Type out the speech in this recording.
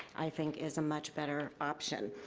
i think, is a much better option.